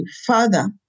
father